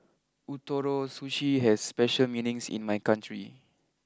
Ootoro Sushi has special meanings in my country